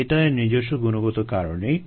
এটা এর নিজস্ব গুণগত কারণেই